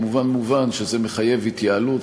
מובן שזה מחייב התייעלות.